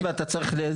ואתה צריך.